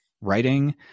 writing